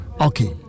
okay